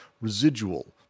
residual